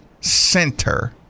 center